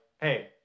Hey